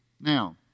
Now